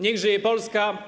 Niech żyje Polska!